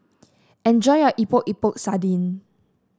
enjoy your Epok Epok Sardin